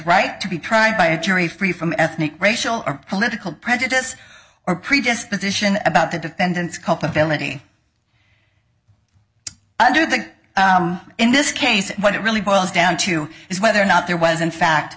right to be tried by a jury free from ethnic racial or political prejudice or predisposition about the defendant's culpability i do think in this case what it really boils down to is whether or not there was in fact